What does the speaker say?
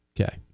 Okay